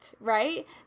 right